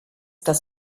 das